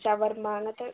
ഷവർമ അങ്ങനത്തെ